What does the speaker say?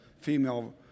female